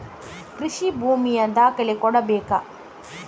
ಕೃಷಿ ಭೂಮಿಯ ದಾಖಲೆ ಕೊಡ್ಬೇಕಾ?